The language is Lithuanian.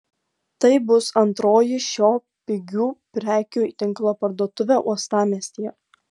tai bus antroji šio pigių prekių tinklo parduotuvė uostamiestyje